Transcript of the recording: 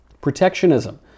Protectionism